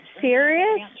serious